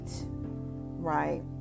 right